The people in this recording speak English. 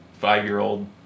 five-year-old